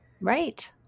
Right